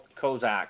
Kozak